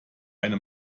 eine